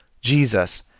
jesus